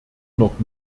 noch